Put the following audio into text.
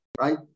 right